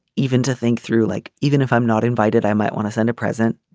even to think through like even if i'm not invited i might want to send a present